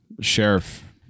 sheriff